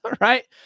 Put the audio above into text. Right